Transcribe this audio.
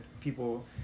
people